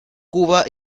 cuba